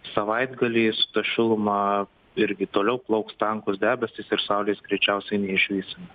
savaitgaliais tą šilumą irgi toliau plauks tankūs debesys ir saulės greičiausiai neišvysime